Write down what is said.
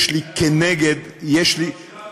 יש לי כנגד, אני לא שירתי?